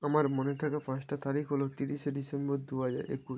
আমার মনে থাকা পাঁচটা তারিখ হলো তিরিশে ডিসেম্বর দু হাজার একুশ